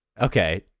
okay